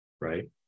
right